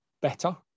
better